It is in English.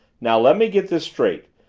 now, let me get this straight.